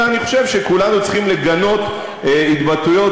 ואני חושב שכולנו צריכים לגנות התבטאויות